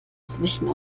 zwischen